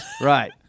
right